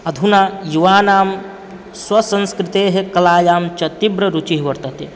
अधुना युवानां स्वसंस्कृतेः कलायां च तीव्ररुचिः वर्तते